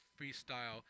freestyle